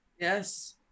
Yes